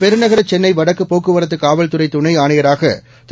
பெருநகர சென்னை வடக்கு போக்குவரத்து காவல்துறை துணை ஆணையராக திரு